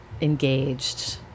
engaged